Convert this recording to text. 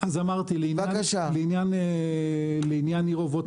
אז אמרתי: לעניין עיר אובות,